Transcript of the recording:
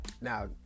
Now